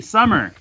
Summer